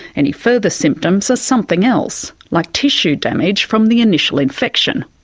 any further symptoms are something else, like tissue damage from the initial infection,